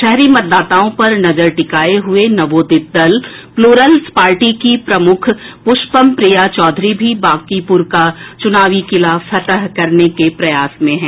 शहरी मतदाताओं पर नजर टिकाये हुए नवोदित दल प्लूरल्स पार्टी की प्रमुख पुष्पम प्रिया चौधरी भी बांकीपुर का चुनावी किला फतह करने के प्रयास में हैं